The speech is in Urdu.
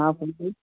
ہاں